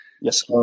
Yes